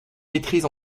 maîtrise